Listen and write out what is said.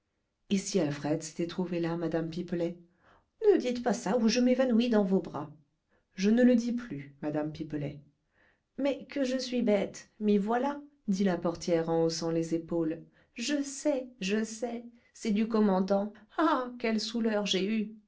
et si alfred s'était trouvé là madame pipelet ne dites pas ça ou je m'évanouis dans vos bras je ne le dis plus madame pipelet mais que je suis bête m'y voilà dit la portière en haussant les épaules je sais je sais c'est du commandant ah quelle souleur j'ai eue